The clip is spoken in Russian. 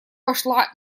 вошла